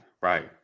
right